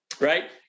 right